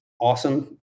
awesome